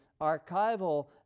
archival